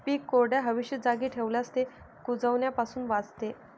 पीक कोरड्या, हवेशीर जागी ठेवल्यास ते कुजण्यापासून वाचते